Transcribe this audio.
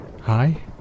hi